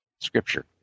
scripture